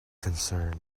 concerned